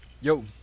yo